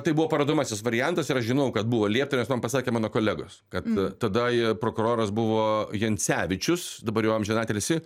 tai buvo parodomasis variantas ir aš žinojau kad buvo liepta nes man pasakė mano kolegos kad tada prokuroras buvo jancevičius dabar jau amžinatilsį